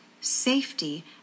safety